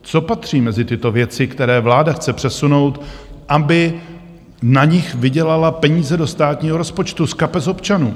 Co patří mezi tyto věci, které vláda chce přesunout, aby na nich vydělala peníze do státního rozpočtu z kapes občanů?